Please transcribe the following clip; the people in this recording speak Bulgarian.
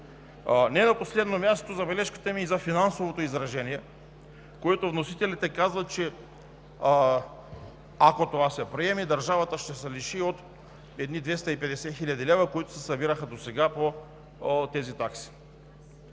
Не на последно място е забележката ми за финансовото изражение, за което вносителите казват, че, ако това се приеме, държавата ще се лиши от едни 250 хил. лв., които се събираха досега по тези такси.